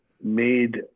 made